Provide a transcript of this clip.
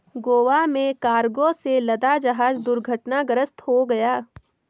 गोवा में कार्गो से लदा जहाज दुर्घटनाग्रस्त हो गया